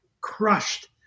crushed